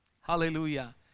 Hallelujah